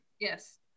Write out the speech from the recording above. Yes